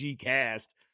cast